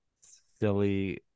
silly